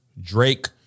Drake